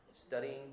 studying